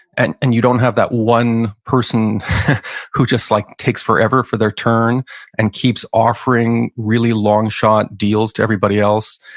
and and you don't have that one person who like takes forever for their turn and keeps offering really long shot deals to everybody else,